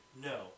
No